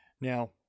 Now